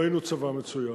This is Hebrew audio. והיינו צבא מצוין.